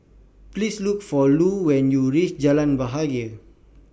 Please Look For Lu when YOU REACH Jalan Bahagia